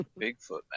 Bigfoot